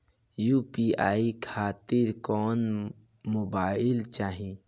UPI खातिर कौन mobile चाहीं?